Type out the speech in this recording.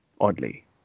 oddly